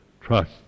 trust